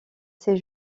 ces